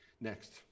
Next